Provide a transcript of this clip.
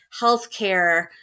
healthcare